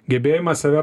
gebėjimą save